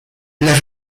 las